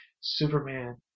Superman